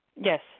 yes